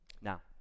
Now